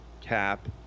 Cap